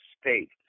state